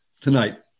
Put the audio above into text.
tonight